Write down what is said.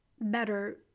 better